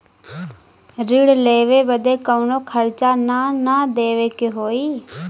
ऋण लेवे बदे कउनो खर्चा ना न देवे के होई?